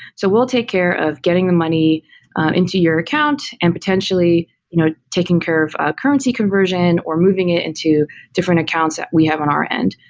so we'll take care of getting the money into your account and potentially you know taking care of currency conversion, or moving it into different accounts that we have on our end.